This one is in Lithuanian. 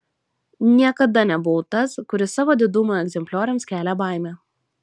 niekada nebuvau tas kuris savo didumo egzemplioriams kelia baimę